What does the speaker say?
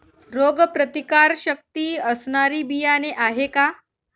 रोगप्रतिकारशक्ती असणारी बियाणे आहे का?